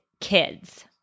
kids